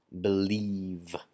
believe